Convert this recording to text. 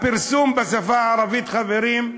הפרסום בשפה הערבית, חברים,